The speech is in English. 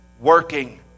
working